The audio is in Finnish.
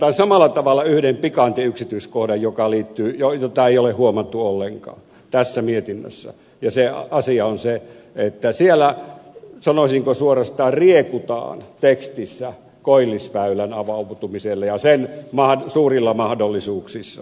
otan samalla tavalla yhden pikantin yksityiskohdan jota ei ole huomattu ollenkaan tässä mietinnössä ja se asia on se että tekstissä sanoisinko suorastaan riekutaan koillisväylän avautumisella ja sen suurilla mahdollisuuksilla